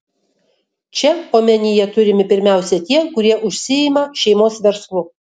čia omenyje turimi pirmiausia tie kurie užsiima šeimos verslu